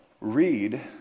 read